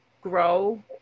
grow